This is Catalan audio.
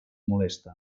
molesta